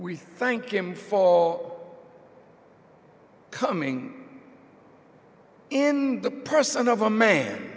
we thank him for coming in the person of a man